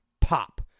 pop